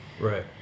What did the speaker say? Right